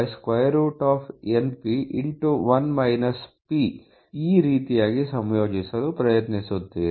5np ಈ ರೀತಿಯಲ್ಲಿ ಸಂಯೋಜಿಸಲು ಪ್ರಯತ್ನಿಸುತ್ತೀರಿ